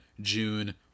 June